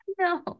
No